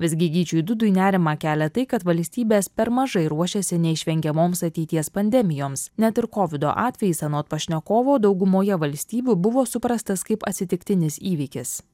visgi gyčiui dudui nerimą kelia tai kad valstybės per mažai ruošiasi neišvengiamoms ateities pandemijoms net ir kovido atvejis anot pašnekovo daugumoje valstybių buvo suprastas kaip atsitiktinis įvykis